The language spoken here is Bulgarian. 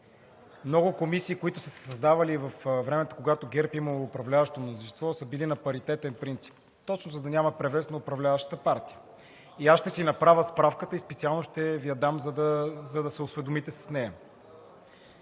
Много комисии, които са се създавали във времето, когато ГЕРБ са имали управляващо мнозинство, са били на паритетен принцип, точно за да няма превес на управляващата партия. Аз ще си направя справката и специално ще Ви я дам, за да се осведомите с нея.